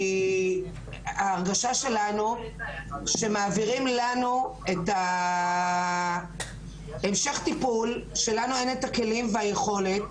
כי ההרגשה שלנו שמעבירים לנו את ההמשך טיפול שלנו אין את הכלים והיכולת.